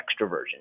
extroversion